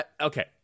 Okay